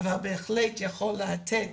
אבל בהחלט יכול לתת